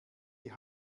die